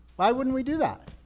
why wouldn't we do that?